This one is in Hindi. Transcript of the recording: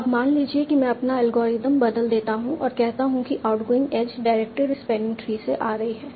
अब मान लीजिए कि मैं अपना एल्गोरिथ्म बदल देता हूं और कहता हूं कि outgoing edge directed spanning tree से आ रही है